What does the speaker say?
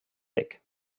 weg